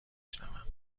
شنوم